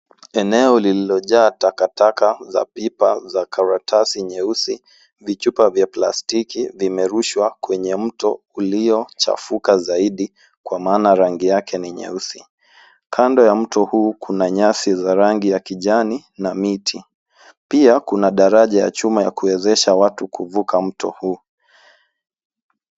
Eneo lililojaa takataka za pipa za karatasi nyeusi, vichupa vya plastiki vimerushwa kwenye mto uliochafuka zaidi kwa maana rangi yake ni nyeusi. Kando ya mto huu kuna nyasi za rangi ya kijani na miti. Pia kuna daraja ya chuma ya kuewezesha watu kuvuka mto huu.